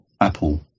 Apple